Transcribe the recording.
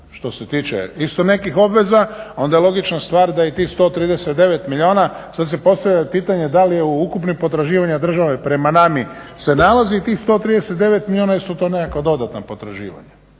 što se tiče isto nekih obveza onda je logična stvar da i tih 139 milijuna sada se postavlja pitanje da li je u ukupnim potraživanja države prema NAMA-i se nalazi tih 139 milijuna ili su to nekakva dodatna potraživanja.